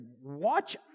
watch